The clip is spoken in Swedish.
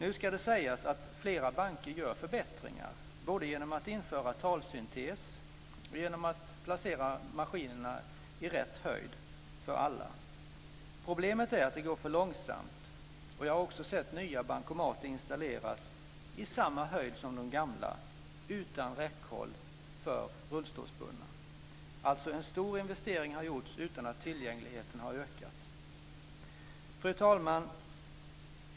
Nu ska det sägas att flera banker gör förbättringar, både genom att införa talsyntes och genom att placera maskinerna i rätt höjd för alla. Problemet är att det går för långsamt, och jag har också sett nya bankomater installeras i samma höjd som de gamla utan räckhåll för rullstolsbundna. Alltså har en stor investering gjorts utan att tillgängligheten har ökat. Fru talman!